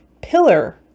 Pillar